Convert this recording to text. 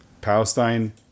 Palestine